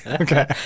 Okay